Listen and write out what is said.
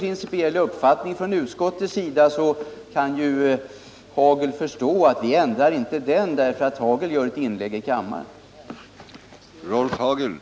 Om vi i utskottet hyser en principiell uppfattning, måste Rolf Hagel förstå att vi inte ändrar den därför att han gör ett inlägg i kammaren.